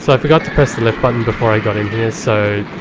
so i forgot to press the lift button before i got in here so.